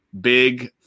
big